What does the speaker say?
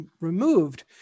removed